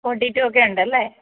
forty two ഒക്കെ ഉണ്ടല്ലേ